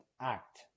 Act